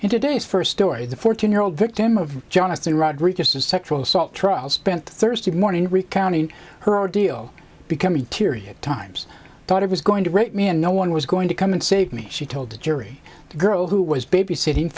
in today's first story the fourteen year old victim of jonathan rodriguez's sexual assault trial spent thursday morning recounting her ordeal becoming teary times thought it was going to break me and no one was going to come and save me she told the jury the girl who was babysitting